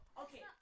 Okay